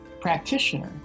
practitioner